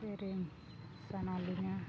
ᱥᱮᱨᱮᱧ ᱥᱟᱱᱟᱞᱤᱧᱟ